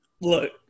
look